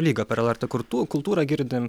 lygą per lrt kurtu kultūrą girdim